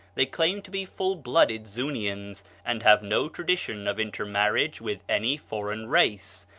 they claim to be full-blooded zunians, and have no tradition of intermarriage with any foreign race.